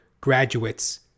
graduates